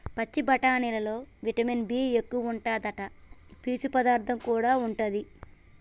పచ్చి బఠానీలల్లో B vitamin ఎక్కువుంటాదట, పీచు పదార్థం కూడా ఉంటది